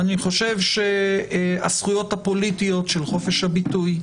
אני חושב שהזכויות הפוליטיות של חופש הביטוי,